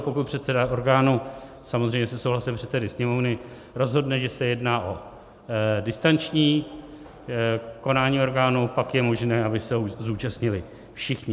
Pokud předseda orgánu samozřejmě se souhlasem předsedy Sněmovny rozhodne, že se jedná o distanční konání orgánu, pak je možné, aby se zúčastnili všichni.